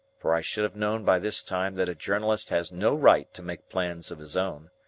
for i should have known by this time that a journalist has no right to make plans of his own.